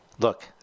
Look